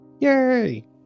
Yay